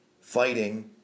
fighting